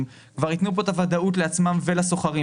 וייתנו את הוודאות לעצמם ולשוכרים